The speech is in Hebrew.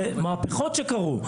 זה מהפכות שקרו,